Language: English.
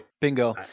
Bingo